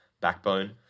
backbone